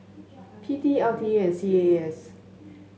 P T L T A and C A A S